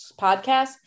podcast